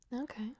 okay